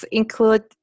include